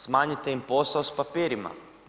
Smanjite im posao s papirima.